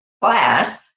class